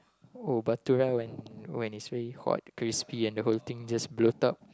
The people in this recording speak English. oh Bhatoora when when it's really hot crispy and the whole thing just bloat up